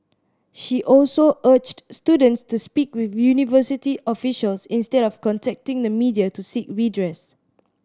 she also urged students to speak with university officials instead of contacting the media to seek redress